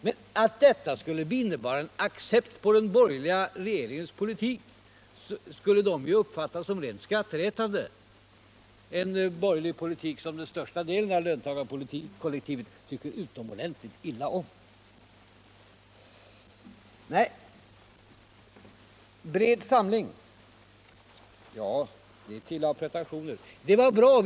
Men att detta skulle innebära en accept när det gäller den borgerliga regeringens politik — en borgerlig politik, som den största delen av löntagarkollektivet tycker utomordentligt illa om — skulle de ju uppfatta som rent skrattretande. Bred samling — ja, det är till att ha pretentioner.